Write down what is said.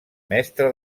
mestre